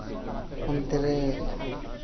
ᱚᱱᱛᱮ ᱨᱮ